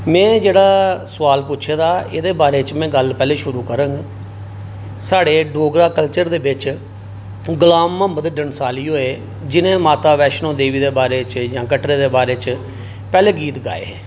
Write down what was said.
में जेह्ड़ा सुआल पुच्छे दा एह्दे बारे च गल्ल पैह्ले शुरू करङ साढ़े डोगरा कल्चर दे बिच गुलाम मुहम्मद डनसाली होए जि'नें माता बैश्नो देवी दे बारे च जां कटरे दे बारै च पैह्ले गीत गाए हे